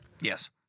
Yes